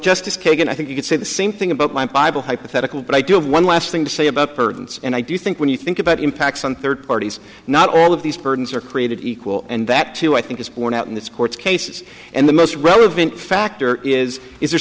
justice kagan i think you could say the same thing about my bible hypothetical but i do have one last thing to say about burdens and i do think when you think about impacts on third parties not all of these burdens are created equal and that too i think is borne out in this court's cases and the most relevant factor is is there